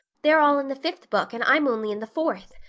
they're all in the fifth book and i'm only in the fourth.